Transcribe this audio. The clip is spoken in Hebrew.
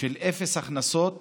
של אפס הכנסות